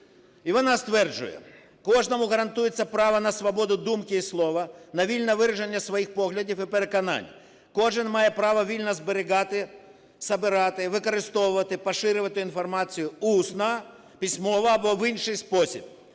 вона стверджує: "Кожному гарантується право на свободу думки і слова, на вільне вираження свої поглядів і переконань. Кожен має право вільно зберігати, збирати, використовувати і поширювати інформацію усно, письмово або в інший спосіб".